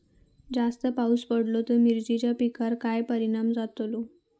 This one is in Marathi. जास्त पाऊस पडलो तर मिरचीच्या पिकार काय परणाम जतालो?